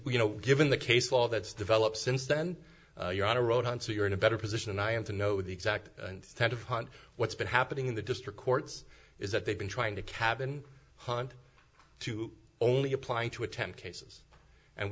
we know given the case law that's developed since then you're on a road on so you're in a better position and i am to know the exact kind of hunt what's been happening in the district courts is that they've been trying to cabin hunt to only apply to attend cases and